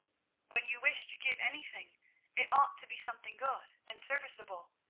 when you wish to give anything it ought to be something good and serviceable.